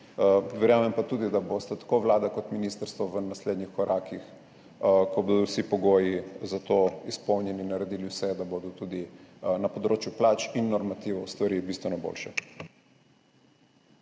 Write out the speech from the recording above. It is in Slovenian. verjamem pa tudi, da bosta tako vlada kot ministrstvo v naslednjih korakih, ko bodo vsi pogoji za to izpolnjeni, naredila vse, da bodo tudi na področju plač in normativov stvari bistveno boljše.